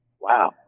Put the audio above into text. Wow